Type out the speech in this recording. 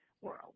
world